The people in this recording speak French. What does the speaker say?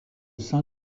sein